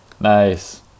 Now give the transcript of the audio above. nice